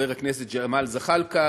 חבר הכנסת ג'מאל זחאלקה